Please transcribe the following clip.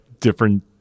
different